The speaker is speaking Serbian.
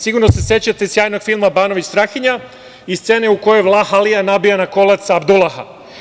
Sigurno se sećate sjajnog filma „Banović Strahinja“ i scene u kojoj Vlah Alija nabija na kolac Abdulaha.